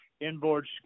inboard